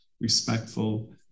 respectful